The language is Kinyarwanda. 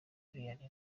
vianney